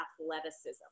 athleticism